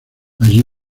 allí